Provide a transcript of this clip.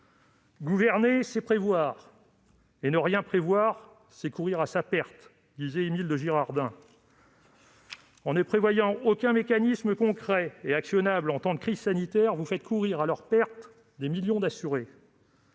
« Gouverner, c'est prévoir ; et ne rien prévoir, c'est courir à sa perte », disait Émile de Girardin. En ne prévoyant aucun mécanisme concret et actionnable en temps de crise sanitaire, vous faites courir à leur perte des millions d'assurés !